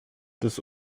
des